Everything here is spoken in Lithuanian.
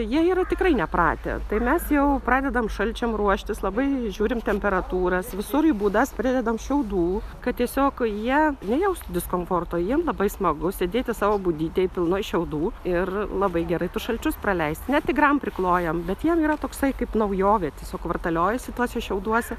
jie yra tikrai nepratę tai mes jau pradedam šalčiam ruoštis labai žiūrim temperatūras visur į būdas pridedam šiaudų kad tiesiog jie nejaustų diskomforto jiem labai smagu sėdėti savo būdytėj pilnoj šiaudų ir labai gerai tuos šalčius praleist net tigram priklojam bet jiem yra toksai kaip naujovė tiesiog vartaliojasi tuose šiauduose